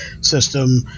system